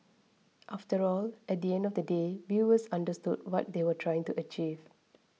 after all at the end of the day viewers understood what they were trying to achieve